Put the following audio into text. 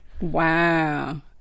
Wow